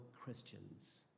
Christians